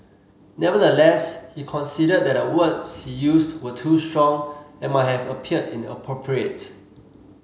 nevertheless he conceded that the words he used were too strong and might have appeared inappropriate